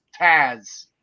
Taz